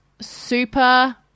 super